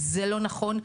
זה לא נכון.